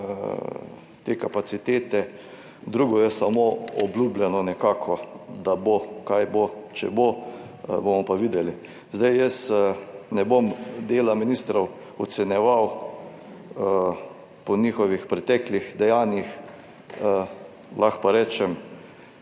te kapacitete, drugo je samo obljubljeno nekako, da bo, kaj bo, če bo bomo pa videli. Jaz ne bom dela ministrov ocenjeval po njihovih preteklih dejanjih, lahko pa rečem